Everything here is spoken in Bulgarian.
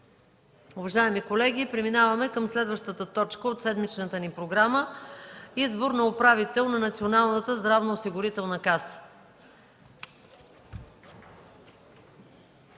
Уважаеми колеги, преминаваме към следващата точка от седмичната ни програма – Избор на управител на Националната здравноосигурителна каса.